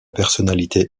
personnalité